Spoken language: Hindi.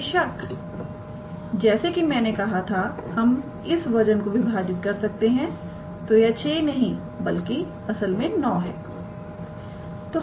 बेशकजैसे कि मैंने कहा था हम इस वजन को विभाजित कर सकते हैं तो यह 6 नहीं बल्कि असल में 9 है